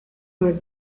for